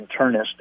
internist